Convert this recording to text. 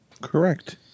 Correct